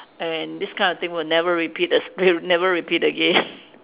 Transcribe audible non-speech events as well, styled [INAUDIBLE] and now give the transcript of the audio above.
and this kind of thing will never repeat the s~ will never repeat again [LAUGHS]